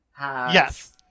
Yes